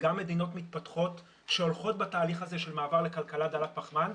גם מדינות מתפתחות שהולכות בתהליך הזה של מעבר לכלכלה דלת פחמן,